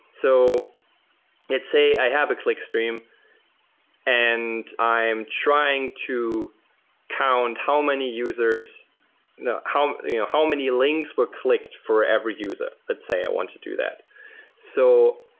so let's say i have a clickstream and i am trying to count how many users you know how how many links were clicked for every user. let's say i want to do that so